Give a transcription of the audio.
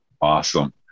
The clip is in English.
Awesome